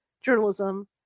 journalism